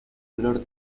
olor